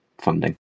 funding